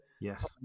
yes